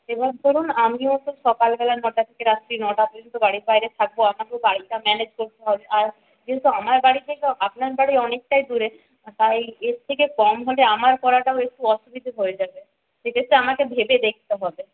এবার ধরুন আমি হয়তো সকালবেলা নটা থেকে রাত্তির নটা পর্যন্ত বাড়ির বাইরে থাকব আমাকে বাড়িটা ম্যানেজ করতে হবে আর যেহেতু আমার বাড়ি থেকেও আপনার বাড়ি অনেকটাই দূরে তাই এর থেকে কম হলে আমার করাটাও একটু অসুবিধে হয়ে যাবে সেক্ষেত্রে আমাকে ভেবে দেখতে হবে